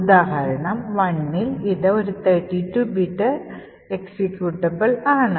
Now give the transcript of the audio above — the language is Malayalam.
ഉദാഹരണം 1ഇൽ ഇത് ഒരു 32 ബിറ്റ് എക്സിക്യൂട്ടബിൾ ആണ്